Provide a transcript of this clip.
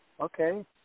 Okay